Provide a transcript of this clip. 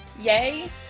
yay